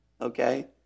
okay